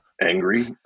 angry